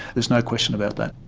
there's no question about that.